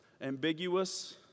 Ambiguous